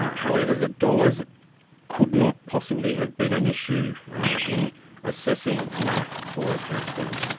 however, the dollars could not possibly have been an issue in assessing mark for a transplant.